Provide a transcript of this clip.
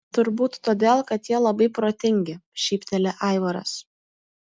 turbūt todėl kad jie labai protingi šypteli aivaras